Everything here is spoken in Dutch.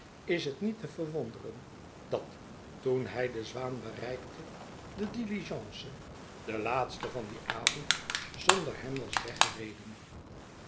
is het niet te verwonderen dat toen hij de zwaan bereikte de diligence de laatste van dien avond zonder hem was weggereden